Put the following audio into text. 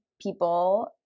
people